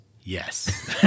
Yes